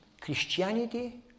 Christianity